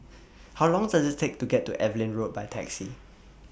How Long Does IT Take to get to Evelyn Road By Taxi